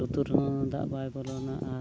ᱞᱩᱛᱩᱨ ᱨᱮᱦᱚᱸ ᱫᱟᱜ ᱵᱟᱭ ᱵᱚᱞᱚᱱᱟ ᱟᱨ